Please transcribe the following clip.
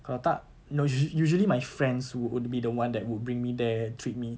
kalau tak no usu~ usually my friends would be the one that would bring me there treat me